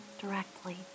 directly